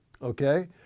okay